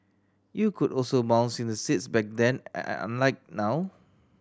you could also bounce in the seats back then unlike now